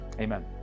Amen